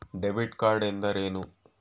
Debit card ಎಂದರೇನು?